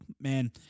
Man